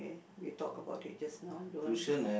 there we talk about it just now the one the